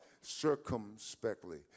circumspectly